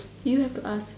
you have to ask me